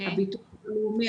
הביטוח הלאומי,